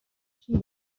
شیر